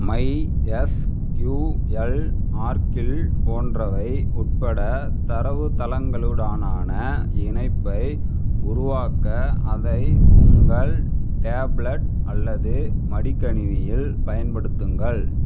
my SQL Oracle போன்றவை உட்பட தரவுத்தளங்களுடனான இணைப்பை உருவாக்க அதை உங்கள் டேப்லெட் அல்லது மடிக்கணினியில் பயன்படுத்துங்கள்